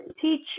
teach